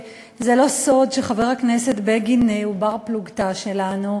זה לא סוד שחבר הכנסת בגין הוא בר-פלוגתא שלנו,